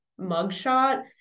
mugshot